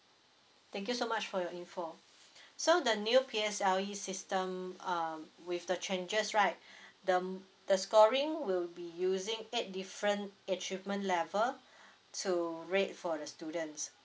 thank you so much for your info so the new P_S_L_E system uh with the changes right the the scoring will be using eight different achievement level to rate for the students